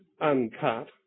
uncut